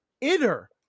inner